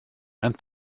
and